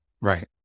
Right